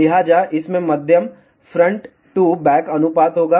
लिहाजा इसमें मध्यम फ्रंट टू बैक अनुपात होगा